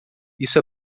isso